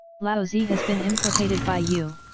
laozi has been implicated by you!